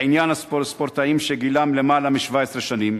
לעניין ספורטאים שגילם למעלה מ-17 שנים,